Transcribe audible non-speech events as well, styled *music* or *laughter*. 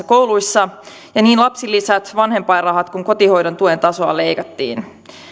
*unintelligible* kouluissa ja niin lapsilisiä vanhempainrahoja kuin kotihoidon tuen tasoa leikattiin